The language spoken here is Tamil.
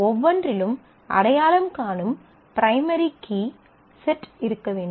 ஒவ்வொன்றிலும் அடையாளம் காணும் பிரைமரி கீ செட் இருக்க வேண்டும்